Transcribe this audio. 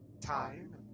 time